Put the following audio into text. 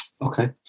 Okay